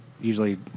usually